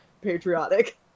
patriotic